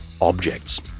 objects